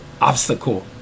obstacle